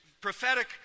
prophetic